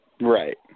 Right